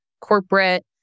corporate